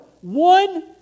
One